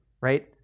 right